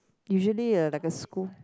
usually a like a school